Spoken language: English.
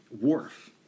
wharf